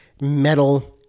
metal